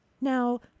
Now